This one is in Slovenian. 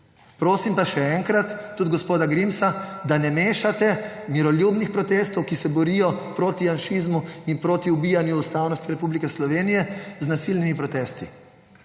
Prosim pa še enkrat, tudi gospoda Grimsa, da ne mešate miroljubnih protestov, ki se borijo proti janšizmu in proti ubijanju ustavnosti Republike Slovenije, z nasilnimi protesti.